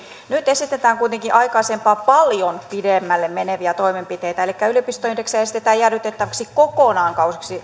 nyt esitetään kuitenkin aikaisempaa paljon pidemmälle meneviä toimenpiteitä elikkä yliopistoindeksiä esitetään jäädytettäväksi kokonaan